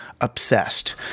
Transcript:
obsessed